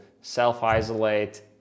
self-isolate